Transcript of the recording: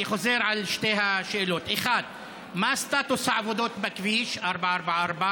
אני חוזר על שתי השאלות: 1. מה סטטוס העבודות בכביש 444,